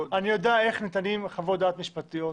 אני יודע איך ניתנות חוות דעת משפטיות,